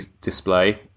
display